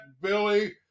Billy